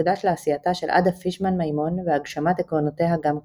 המוקדש לעשייתה של עדה פישמן מימון והגשמת עקרונותיה גם כיום.